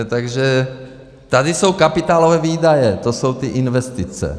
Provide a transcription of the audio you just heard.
Takže tady jsou kapitálové výdaje, to jsou ty investice .